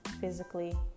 physically